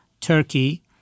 Turkey